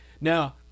Now